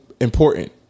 important